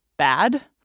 bad